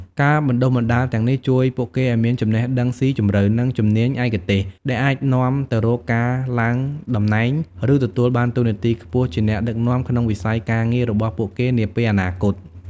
ការបណ្ដុះបណ្ដាលទាំងនេះជួយពួកគេឱ្យមានចំណេះដឹងស៊ីជម្រៅ និងជំនាញឯកទេស ដែលអាចនាំទៅរកការឡើងតំណែង ឬទទួលបានតួនាទីខ្ពស់ជាអ្នកដឹកនាំក្នុងវិស័យការងាររបស់ពួកគេនាពេលអនាគត។